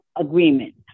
agreement